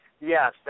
yes